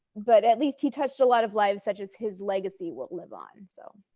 but at least he touched a lot of lives such as his legacy will live on. and so